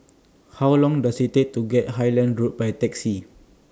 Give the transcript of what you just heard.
How Long Does IT Take to get Highland Road By Taxi